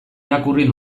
irakurri